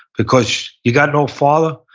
because you got no father,